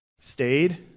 stayed